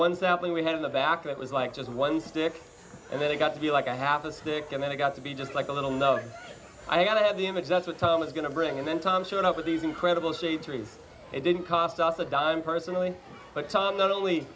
that we had in the back that was like just one stick and then it got to be like a half a stick and then it got to be just like a little no i got to have the image that's what tom is going to bring and then tom showed up with these incredible shade trees it didn't cost us a dime personally but tom not only